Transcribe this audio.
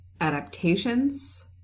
adaptations